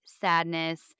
sadness